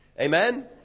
Amen